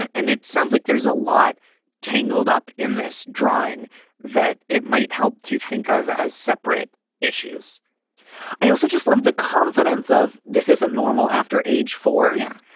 and it sounds like there's a lot tangled up in this drawing that it might help to think of as separate issues i also just love the confidence of this isn't normal after age four. yeah,